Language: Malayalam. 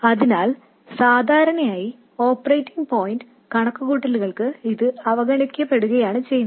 അതിനാൽ സാധാരണയായി ഓപ്പറേറ്റിംഗ് പോയിന്റ് കണക്കുകൂട്ടലുകൾക്ക് ഇത് അവഗണിക്കപ്പെടുകയാണ് ചെയ്യുന്നത്